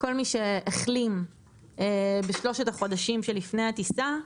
כל מי שהחלים בשלושת החודשים שלפני הטיסה,